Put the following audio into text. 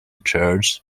church